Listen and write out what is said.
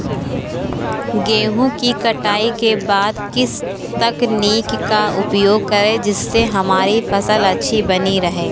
गेहूँ की कटाई के बाद किस तकनीक का उपयोग करें जिससे हमारी फसल अच्छी बनी रहे?